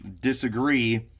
disagree